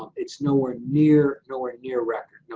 it's nowhere near nowhere near record. yeah